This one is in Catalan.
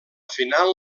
final